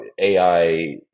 AI